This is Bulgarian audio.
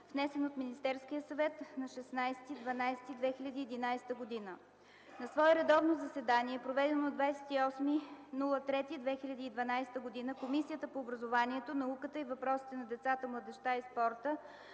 внесен от Министерския съвет на 16 декември 2011 г. На свое редовно заседание, проведено на 28 март 2012 г., Комисията по образованието, науката и въпросите на децата, младежта и спорта